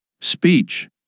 Speech